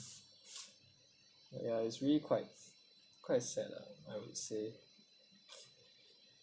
ya it's really quite quite sad lah I would say